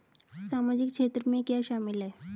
सामाजिक क्षेत्र में क्या शामिल है?